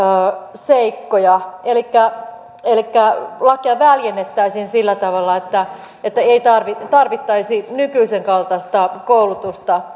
seikkoja elikkä elikkä lakia väljennettäisiin sillä tavalla että ei tarvittaisi nykyisenkaltaista koulutusta